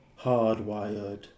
hardwired